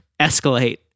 escalate